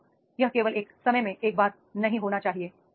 दू सरा यह केवल एक समय में एक बार नहीं होना चाहिए